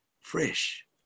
fresh